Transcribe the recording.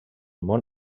món